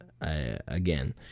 again